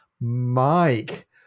Mike